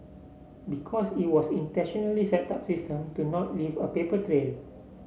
because it was intentionally set up system to not leave a paper trail